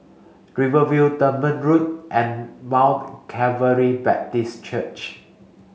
Rivervale Dunman Road and Mount Calvary Baptist Church